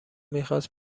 میخواست